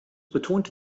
betont